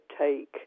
take